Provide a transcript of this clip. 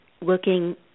looking